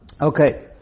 okay